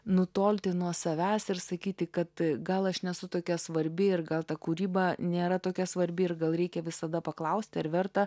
nutolti nuo savęs ir sakyti kad gal aš nesu tokia svarbi ir gal ta kūryba nėra tokia svarbi ir gal reikia visada paklausti ar verta